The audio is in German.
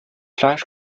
fleisch